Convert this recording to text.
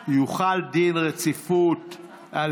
האישה ולשוויון מגדרי להחיל דין רציפות על